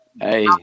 Hey